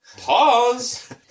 pause